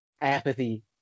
apathy